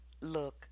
look